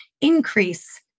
increase